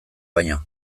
baino